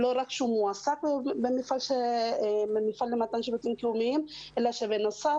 לא רק שהוא מועסק במפעל למתן שירותים קיומיים אלא שבנוסף